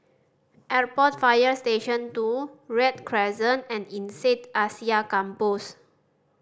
Airport Fire Station Two Read Crescent and INSEAD Asia Campus